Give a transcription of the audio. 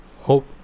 Hope